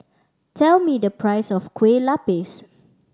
tell me the price of Kueh Lupis